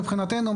מבחינתנו,